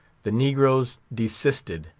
the negroes desisted,